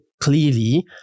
clearly